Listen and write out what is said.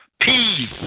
Peace